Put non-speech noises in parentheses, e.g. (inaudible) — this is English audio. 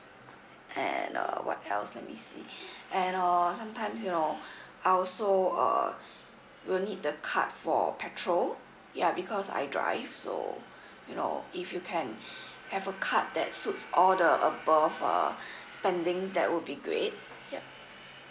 and uh what else let me see (breath) and uh sometimes you know I also uh (breath) will need the card for petrol ya because I drive so you know if you can (breath) have a card that suits all the above uh (breath) spendings that would be great yup